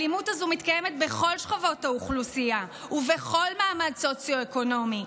האלימות הזו מתקיימת בכל שכבות האוכלוסייה ובכל מעמד סוציו-אקונומי,